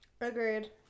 Agreed